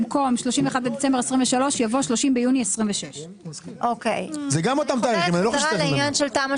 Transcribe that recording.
במקום "31 בדצמבר 2023" יבוא "30 ביוני 2026". לעניין תמ"א